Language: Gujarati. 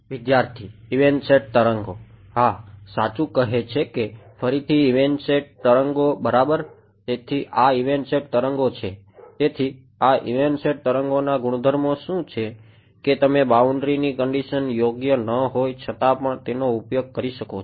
વિદ્યાર્થી ઇવાનસેન્ટ તરંગો હા સાચું કહે છે કે ફરીથી ઇવાનસેન્ટ તરંગો સાથે તે ઘટતો જાય છે